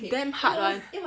damn hard [one]